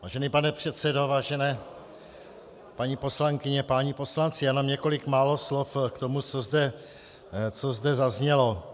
Vážený pane předsedo, vážené paní poslankyně, páni poslanci, jen několik málo slov k tomu, co zde zaznělo.